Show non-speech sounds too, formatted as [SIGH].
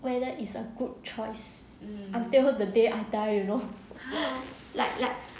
whether it's a good choice until the day I die you know [LAUGHS] like like